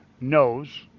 knows